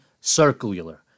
circular